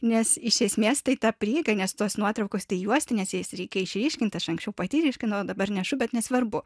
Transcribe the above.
nes iš esmės tai ta prieiga nes tos nuotraukos tai juostinės jas reikia išryškint aš anksčiau pati ryškinau o dabar nešu bet nesvarbu